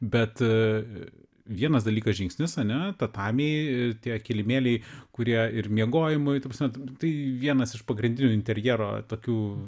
bet vienas dalykas žingsnis ane tatamiai tie kilimėliai kurie ir miegojimui ta prasme tai vienas iš pagrindinių interjero tokių